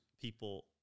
people